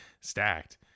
stacked